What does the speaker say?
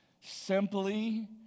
simply